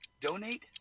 donate